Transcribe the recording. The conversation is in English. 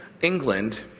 England